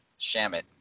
Shamit